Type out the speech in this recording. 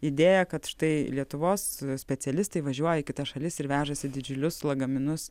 idėja kad štai lietuvos specialistai važiuoja į kitas šalis ir vežasi didžiulius lagaminus